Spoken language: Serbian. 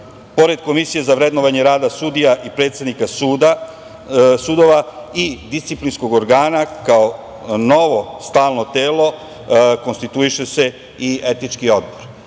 pored Komisije za vrednovanje rada sudija i predsednika sudova i disciplinskog organa, kao novo stalno telo, konstituiše se i etički odbor.